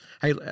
Hey